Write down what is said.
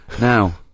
Now